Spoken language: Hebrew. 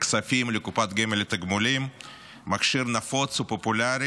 כספים לקופת גמל לתגמולים, מכשיר נפוץ ופופולרי